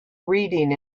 reading